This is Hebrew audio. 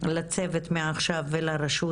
לצוות מעכשיו ולרשות,